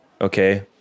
okay